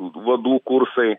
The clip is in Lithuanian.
vadų kursai